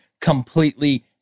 completely